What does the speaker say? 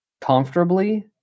comfortably